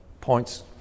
points